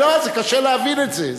קשה להבין את זה.